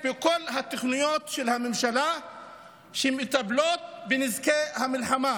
בכל התוכניות של הממשלה שמטפלות בנזקי המלחמה,